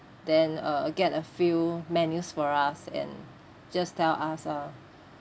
then uh get a few menus for us and just tell us uh